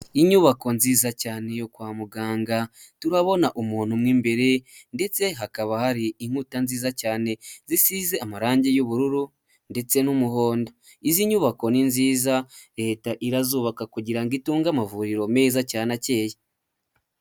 Ni inyubako nziza cyane yo kwa muganga. Turabona umuntu mu imbere ndetse hakaba hari imkuta nziza cyane zisize amarangi y'ubururu ndetse n'umuhondo, izi nyubako ni nziza, Leta irazubaka kugira ngo itunge amavuriro meza cyane akeya.